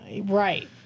Right